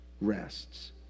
rests